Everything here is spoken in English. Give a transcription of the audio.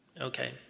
Okay